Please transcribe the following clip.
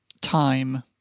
time